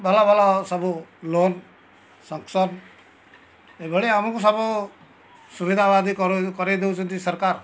ଭଲ ଭଲ ସବୁ ଲୋନ୍ ଏଭଳି ଆମକୁ ସବୁ ସୁବିଧାବାଦୀ କରଉ କରେଇ ଦେଉଛନ୍ତି ସରକାର